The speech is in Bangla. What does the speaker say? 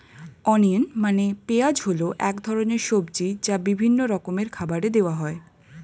অনিয়ন মানে পেঁয়াজ হল এক ধরনের সবজি যা বিভিন্ন রকমের খাবারে দেওয়া হয়